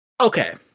Okay